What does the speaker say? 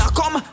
come